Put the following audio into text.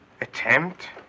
Attempt